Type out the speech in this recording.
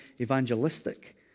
evangelistic